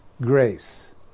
grace